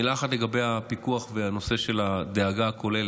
מילה אחת לגבי הפיקוח והנושא של הדאגה הכוללת.